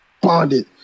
bonded